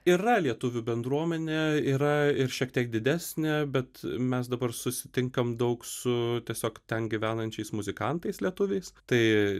yra lietuvių bendruomenė yra ir šiek tiek didesnė bet mes dabar susitinkam daug su tiesiog ten gyvenančiais muzikantais lietuviais tai